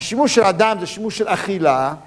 שימוש של אדם זה שימוש של אכילה